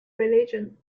religion